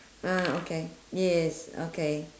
ah okay yes okay